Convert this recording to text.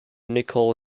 nicol